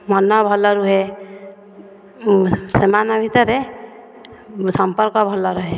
ମନ ଭଲ ରୁହେ ସେମାନେ ଭିତରେ ସମ୍ପର୍କ ଭଲ ରୁହେ